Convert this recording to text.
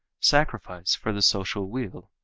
sacrifice for the social weal,